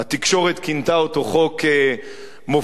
התקשורת כינתה אותו חוק מופז,